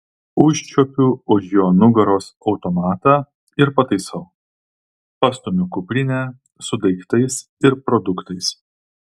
užčiuopiu už jo nugaros automatą ir pataisau pastumiu kuprinę su daiktais ir produktais